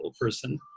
person